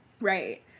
Right